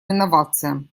инновациям